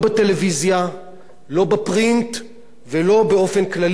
לא בפרינט ולא באופן כללי בשוק התקשורת בישראל.